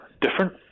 different